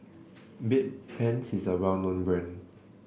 Bedpans is a well known brand